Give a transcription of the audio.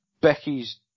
Becky's